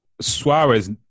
Suarez